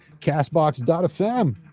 castbox.fm